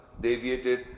deviated